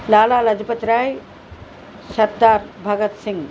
Lala Lajpat Rai Sardar Bhagat Singh